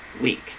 week